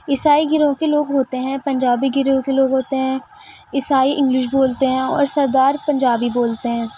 عیسائی گروہ کے لوگ ہوتے ہیں پنجابی گروہ کے لوگ ہوتے ہیں عیسائی انگلش بولتے ہیں اور سردار پنجابی بولتے ہیں